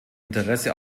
interesse